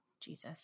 Jesus